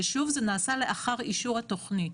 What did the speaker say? ששוב, זה נעשה לאחר אישור התכנית.